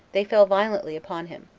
they fell violently upon him,